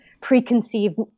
preconceived